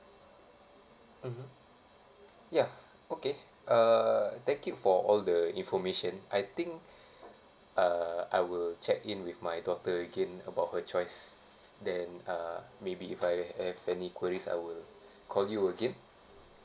mmhmm ya okay uh thank you for all the information I think uh I will check in with my daughter again about her choice then uh maybe if I have any queries I will call you again